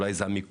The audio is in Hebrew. אולי זה המיקום?